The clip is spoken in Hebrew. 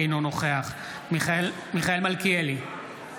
אינו נוכח מיכאל מלכיאלי,